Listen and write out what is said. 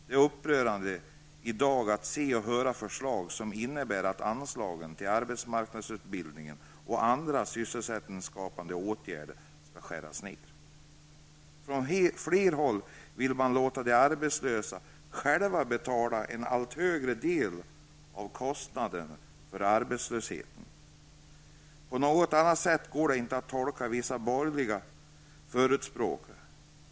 Det är upprörande att det i dag förs fram förslag som innebär att anslagen till arbetsmarknadsutbildning och andra sysselsättningsskapande åtgärder skärs ned. På flera håll vill man låta de arbetslösa själva betala en allt högre del av kostnaderna för arbetslösheten. På annat sätt går det inte att tolka vissa borgerliga företrädare.